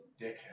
dickhead